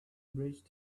bridge